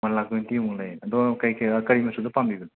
one lakh ꯇ꯭ꯋꯦꯟꯇꯤꯃꯨꯛ ꯂꯩꯌꯦ ꯑꯗꯣ ꯀꯩ ꯀꯩ ꯀꯔꯤ ꯃꯆꯨꯗ ꯄꯥꯝꯕꯤꯕꯅꯣ